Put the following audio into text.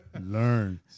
learn